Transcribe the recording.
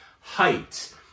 height